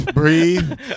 Breathe